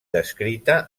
descrita